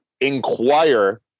inquire